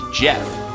Jeff